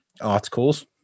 articles